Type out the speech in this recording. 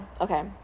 Okay